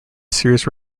series